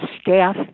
staff